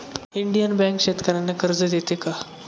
Indian bank शेतकर्यांना कर्ज देते का?